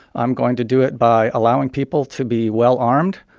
i'm going to do it by allowing people to be well-armed.